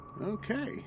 Okay